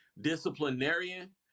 disciplinarian